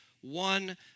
one